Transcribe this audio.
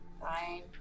Fine